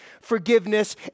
forgiveness